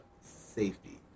safety